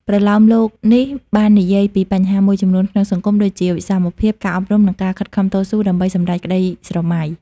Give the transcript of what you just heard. ប្រលោមលោកនេះបាននិយាយពីបញ្ហាមួយចំនួនក្នុងសង្គម ដូចជាវិសមភាព ការអប់រំ និងការខិតខំតស៊ូដើម្បីសម្រេចក្ដីស្រមៃ។